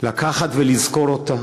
לקחת ולזכור אותה.